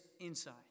inside